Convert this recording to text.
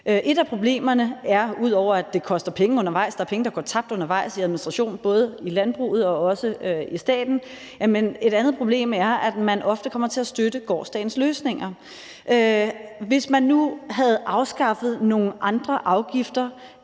penge undervejs – der er penge, der går tabt undervejs til administration, både i landbruget og også i staten – at man ofte kommer til at støtte gårsdagens løsninger. Hvis man nu havde afskaffet nogle andre afgifter